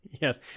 Yes